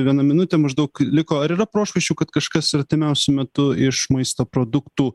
viena minutė maždaug liko ar yra prošvaisčių kad kažkas artimiausiu metu iš maisto produktų